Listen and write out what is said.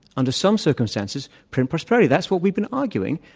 under some circumstances, print prosperity. that's what we've been arguing.